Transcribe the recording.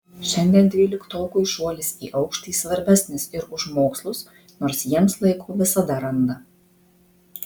šiandien dvyliktokui šuolis į aukštį svarbesnis ir už mokslus nors jiems laiko visada randa